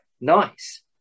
nice